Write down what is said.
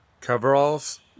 Coveralls